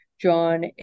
John